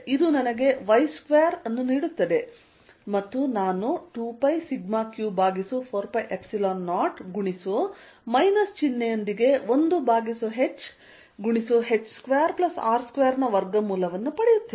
ಇದು ನನಗೆ y2 ಅನ್ನು ನೀಡುತ್ತದೆ ಮತ್ತು ನಾನು 2πσq ಭಾಗಿಸು 4π0 ಗುಣಿಸು ಮೈನಸ್ ಚಿಹ್ನೆಯೊಂದಿಗೆ 1h h2R2 ನ ವರ್ಗಮೂಲವನ್ನು ಪಡೆಯುತ್ತೇನೆ